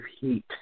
Heat